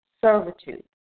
servitude